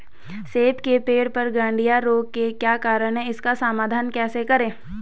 सेब के पेड़ पर गढ़िया रोग के क्या कारण हैं इसका समाधान कैसे करें?